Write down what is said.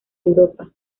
europa